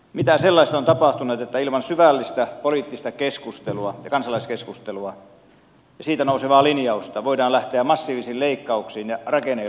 mitä sellaista on tapahtunut että ilman syvällistä poliittista keskustelua ja kansalaiskeskustelua ja siitä nousevaa linjausta voidaan lähteä massiivisiin leikkauksiin ja rakenneuudistuksiin puolustusvoimissa